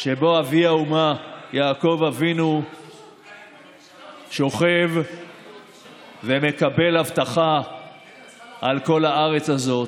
שבו אבי האומה יעקב אבינו שוכב ומקבל הבטחה על כל הארץ הזאת.